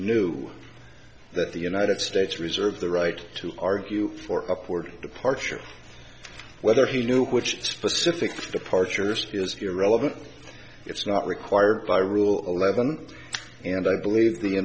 knew that the united states reserve the right to argue for upward departure whether he knew which specific departures is irrelevant it's not required by rule eleven and i believe the